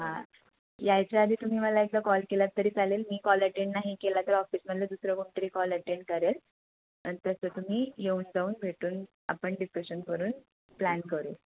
हां यायच्या आधी तुम्ही मला एकदा कॉल केलात तरी चालेल मी कॉल अटेंड नाही केला तर ऑफिसमधलं दुसरं कोणतरी कॉल अटेंड करेल नंतर तसं तुम्ही येऊन जाऊन भेटून आपण डिस्कशन करून प्लॅन करू